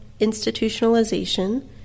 institutionalization